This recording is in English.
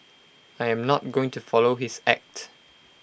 I am not going to follow his act